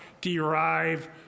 derive